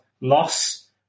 loss